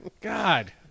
God